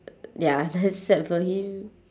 ya that's feel sad for him